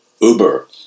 Uber